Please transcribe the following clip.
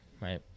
right